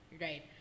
right